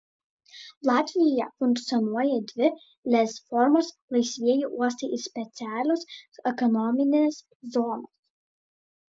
latvijoje funkcionuoja dvi lez formos laisvieji uostai ir specialios ekonominės zonos